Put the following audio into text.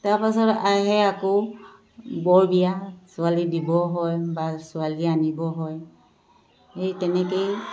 তাৰপাছত আহে আকৌ বৰ বিয়া ছোৱালী দিবও হয় বা ছোৱালী আনিব হয় এই তেনেকৈয়ে